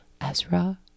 Ezra